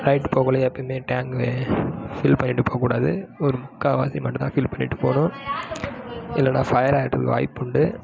ride போகக்குள்ள எப்பயுமே tank fill பண்ணிவிட்டு போகக்கூடாது ஒரு முக்கால்வாசி மட்டுந்தான் ஃபில் பண்ணிவிட்டு போகணும் இல்லைன்னா ஃபயர் ஆகிட்றதுக்கு வாய்ப்புண்டு